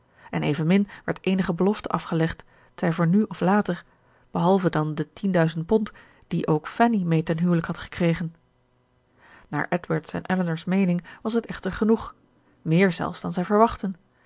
en evenmin werd eenige belofte afgelegd t zij voor nu of later behalve dan de tienduizend pond die ook fanny mee ten huwelijk had gekregen naar edward's en elinor's meening was het echter genoeg meer zelfs dan zij verwachtten